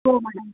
हो मॅडम